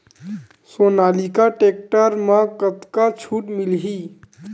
Sonalika tractor म कतका छूट मिलही?